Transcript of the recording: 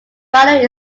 following